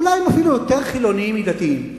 אולי הם אפילו יותר חילונים מדתיים,